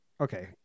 Okay